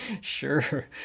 Sure